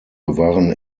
waren